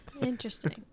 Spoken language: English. Interesting